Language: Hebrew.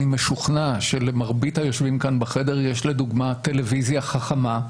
אני משוכנע שלמרבית היושבים כאן בחדר יש לדוגמה טלוויזיה חכמה,